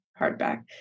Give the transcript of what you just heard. hardback